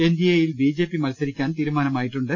N D എയിൽ BJP മൽസരിക്കാൻ തീരുമാനമായിട്ടുണ്ട്